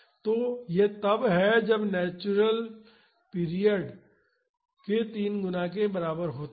तो यह तब है जब tr नेचुरल पीरियड के 3 गुना के बराबर होता है